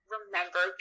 remember